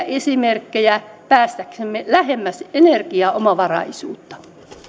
esimerkkejä päästäksemme lähemmäs energiaomavaraisuutta